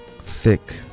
thick